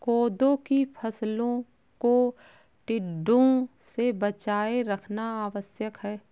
कोदो की फसलों को टिड्डों से बचाए रखना आवश्यक है